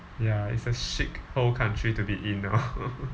ya it's a shit hole country to be in now